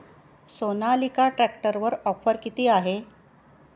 सोनालिका ट्रॅक्टरवर ऑफर किती आहे?